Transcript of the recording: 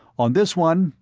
on this one,